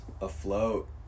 afloat